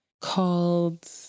called